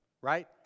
right